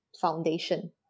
foundation